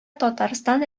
татарстан